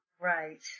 Right